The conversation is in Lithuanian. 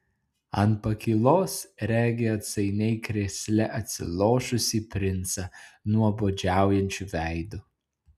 ant pakylos regi atsainiai krėsle atsilošusį princą nuobodžiaujančiu veidu